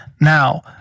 now